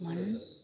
मन